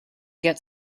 get